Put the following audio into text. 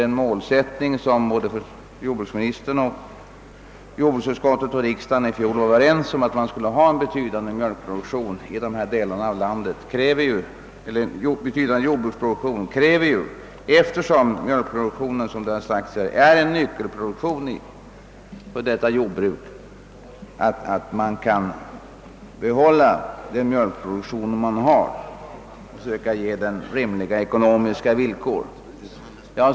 Den målsättning som jordbruksministern, jordbruksutskottet och riksdagen i fjol var Överens om innebar ju att man skulle ha en betydande jordbruksproduktion i dessa delar av landet. Eftersom mjölkproduktionen är en nyckelproduktion i detta jordbruk kräver målsättningen att man kan behålla den mjölkproduktion man har och ge den rimliga ekonomiska villkor.